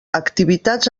activitats